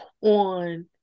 on